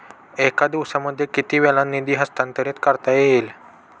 एका दिवसामध्ये किती वेळा निधी हस्तांतरीत करता येईल?